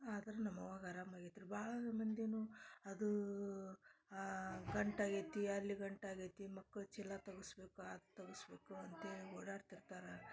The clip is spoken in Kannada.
ಆದ್ರೆ ನಮ್ಮವ್ವಾಗ ಆರಾಮಾಗೈತ್ರಿ ಭಾಳ ಮಂದಿನೂ ಅದು ಆ ಗಂಟಾಗೈತಿ ಅಲ್ಲಿ ಗಂಟಾಗೈತಿ ಮಕ್ಳು ಚೀಲ ತಗಸ್ಬೇಕು ಅದು ತಗಸ್ಬೇಕು ಅಂತ್ಹೇಳಿ ಓಡಾಡ್ತಿರ್ತಾರೆ